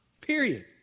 Period